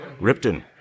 Ripton